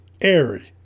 airy